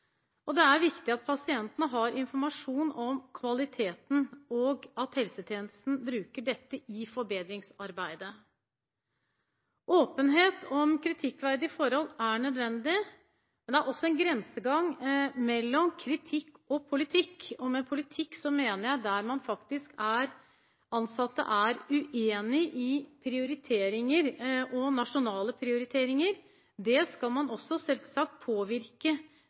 helsemyndighetene. Det er viktig at pasientene har informasjon om kvaliteten, og at helsetjenesten bruker dette i forbedringsarbeidet. Åpenhet om kritikkverdige forhold er nødvendig, men det er også en grensegang mellom kritikk og politikk – og med politikk mener jeg der ansatte er uenig i lokale prioriteringer og nasjonale prioriteringer. Det skal man selvsagt påvirke